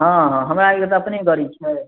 हँ हँ हमरा एक तऽ अपने गाड़ी छै